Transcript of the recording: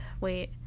wait